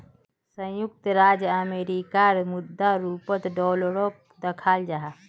संयुक्त राज्य अमेरिकार मुद्रा रूपोत डॉलरोक दखाल जाहा